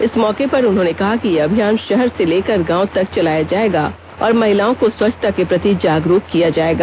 इस मौके पर उन्होंने कहा कि यह अभियान शहर से लेकर गांव तक चलाया जायेगा और महिलाओं को स्वच्छता के प्रति जागरूक किया जायेगा